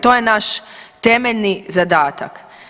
To je naš temeljni zadatak.